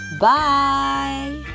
Bye